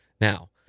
Now